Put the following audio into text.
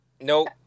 Nope